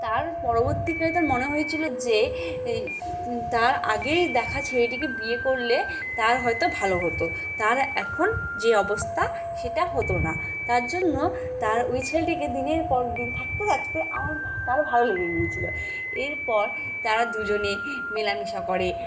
তার পরবর্তী কালে তার মনে হয়েছিলো যে তার আগেই দেখা ছেলেটিকে বিয়ে করলে তার হয়তো ভালো হতো তার এখন যে অবস্তা সেটা হতো না তার জন্য তার ওই ছেলেটিকে দিনের পর দিন থাকতে রাতে আমার তারও ভালো লেগে গিয়েছিলো এরপর তারা দুজনে মেলামেশা করে